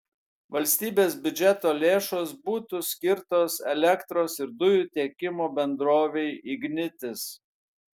valstybės biudžeto lėšos būtų skirtos elektros ir dujų tiekimo bendrovei ignitis